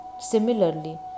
Similarly